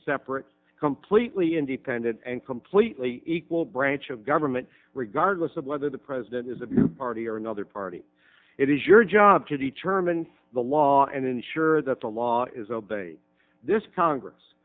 separate completely independent and completely equal branch of government regardless of whether the president is a party or another party it is your job to determine the law and ensure that the law is obey this congress